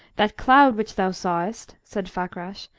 that cloud which thou sawest, said fakrash,